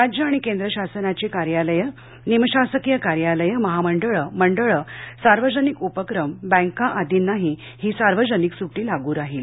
राज्य आणि केंद्र शासनाची कार्यालये निमशासकीय कार्यालये महामंडळे मंडळे सार्वजनिकउपक्रम बँका आर्दींनाही ही सार्वजनिक सुट्टी लागू राहील